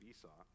Esau